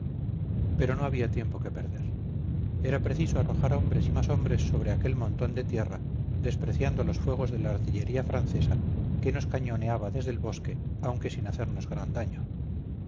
pero no había tiempo que perder era preciso arrojar hombres y más hombres sobre aquel montón de tierra despreciando los fuegos de la artillería francesa que nos cañoneaba desde el bosque aunque sin hacernos gran daño